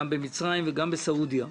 גם במצרים וגם בסעודיה,